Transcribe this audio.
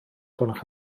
gwelwch